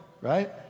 right